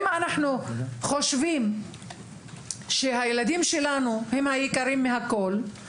אם אנחנו חושבים שהילדים שלנו הם היקרים מכל,